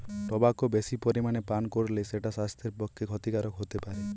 tobacco বেশি পরিমাণে পান কোরলে সেটা সাস্থের প্রতি ক্ষতিকারক হোতে পারে